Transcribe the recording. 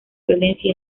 violencia